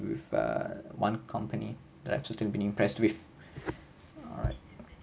with uh one company that I'm certain been impressed with alright